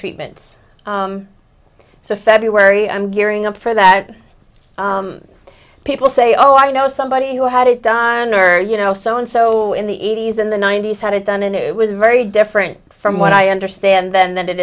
treatments so february i'm gearing up for that people say oh i know somebody who had it done earlier you know so and so in the eighty's in the ninety's had it done and it was very different from what i understand then that it